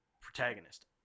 protagonist